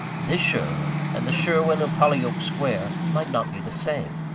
this sherwin and the sherwin of hollyoake square might not be the same.